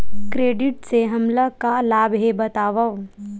Credit से हमला का लाभ हे बतावव?